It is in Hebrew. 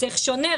צריך שונה,